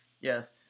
Yes